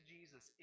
Jesus